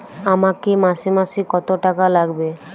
আমাকে মাসে মাসে কত টাকা লাগবে?